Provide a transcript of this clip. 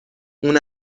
اون